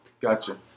Gotcha